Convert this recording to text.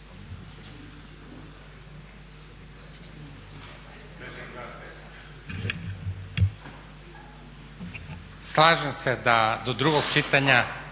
Slažem se da do drugog čitanja